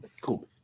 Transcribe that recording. Cool